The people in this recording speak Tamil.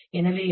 எனவே எல்